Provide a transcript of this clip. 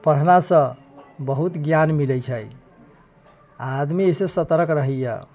पढ़लासँ बहुत ज्ञान मिलै छै आदमी अइसँ सतर्क रहैए